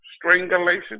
strangulation